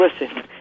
listen